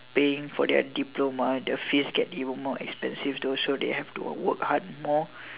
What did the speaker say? paying for their diploma their fees get even more expensive so they had to work hard more